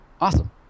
Awesome